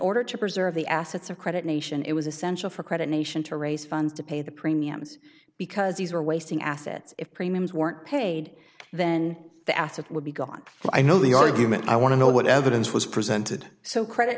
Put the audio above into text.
order to preserve the assets of credit nation it was essential for credit nation to raise funds to pay the premiums because these are wasting assets if premiums weren't paid then the assets would be gone but i know the argument i want to know what evidence was presented so credit